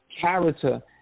character